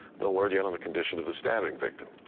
no word yet on the condition of the stabbing victim.